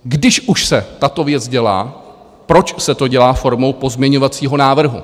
Když už se tato věc dělá, proč se to dělá formou pozměňovacího návrhu?